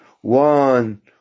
One